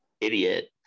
idiot